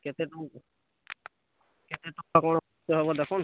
କେତେ ଟଙ୍କା କେତେ ଟଙ୍କା କ'ଣ ଖର୍ଚ୍ଚ ହେବ ଦେଖୁନ୍